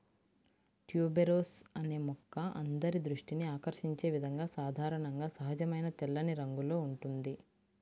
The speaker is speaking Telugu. ట్యూబెరోస్ అనే మొక్క అందరి దృష్టిని ఆకర్షించే విధంగా సాధారణంగా సహజమైన తెల్లని రంగులో ఉంటుంది